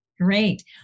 Great